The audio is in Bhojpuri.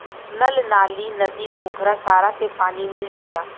नल नाली, नदी, पोखरा सारा से पानी मिल जाला